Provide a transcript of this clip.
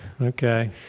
Okay